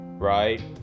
right